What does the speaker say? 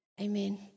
Amen